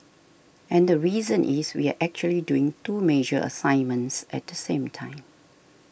and the reason is we are actually doing two major assignments at the same time